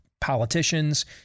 politicians